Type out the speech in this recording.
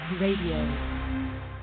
Radio